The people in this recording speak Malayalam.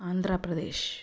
ആന്ധ്രാപ്രദേശ്